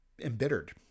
embittered